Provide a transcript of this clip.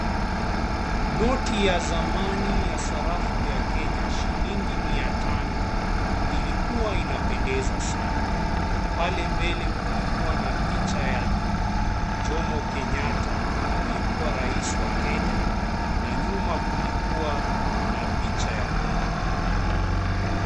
Noti ya zamani ya sarafu ya Kenya, shilingi mia tano. Ilikuwa inapendeza sana. Pale mbele kulikuwa na picha ya Jomo Kenyatta, aliyekuwa rais wa Kenya na nyuma kulikuwa na picha ya bunge.